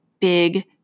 big